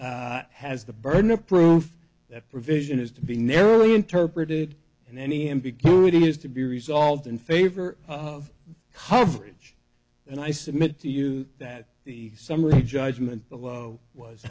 company has the burden of proof that provision has to be narrowly interpreted and any ambiguity has to be resolved in favor of the coverage and i submit to you that the summary judgment below was